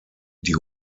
die